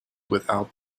without